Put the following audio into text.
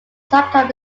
sometimes